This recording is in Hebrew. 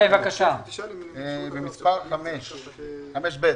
במספר 5(ב):